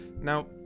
Now